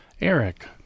Eric